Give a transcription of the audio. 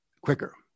quicker